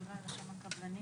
סיגלית מזרחי מרשם הקבלנים.